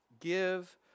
Give